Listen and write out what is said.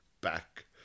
back